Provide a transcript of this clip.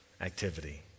activity